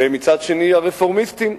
ומצד שני הרפורמיסטים,